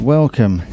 Welcome